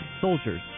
soldiers